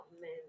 men